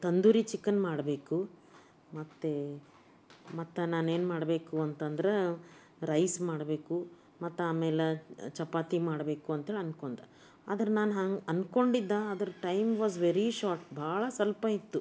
tandoori chicken ಮಾಡಬೇಕು ಮತ್ತು ಮತ್ತು ನಾನೇನು ಮಾಡಬೇಕು ಅಂತಂದ್ರೆ ರೈಸ್ ಮಾಡಬೇಕು ಮತ್ತು ಆಮೇಲೆ ಚಪಾತಿ ಮಾಡಬೇಕು ಅಂಥೇಳಿ ಅಂದ್ಕೊಂಡು ಅದರ ನಾನು ಹಂಗೆ ಅಂದ್ಕೊಂಡಿದ್ದೆ ಆದ್ರೆ ಟೈಮ್ ವಾಸ್ ವೆರಿ ಶಾರ್ಟ್ ಬಹಳ ಸ್ವಲ್ಪ ಇತ್ತು